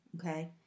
okay